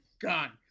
gone